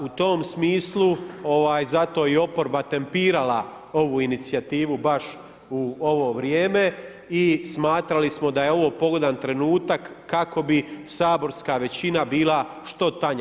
U tom smislu, zato i oporba tempirala ovu inicijativu baš u ovo vrijeme i smatrali smo da je ovo pogodan trenutak, kako bi saborska većina bila što tanja.